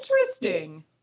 interesting